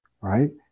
right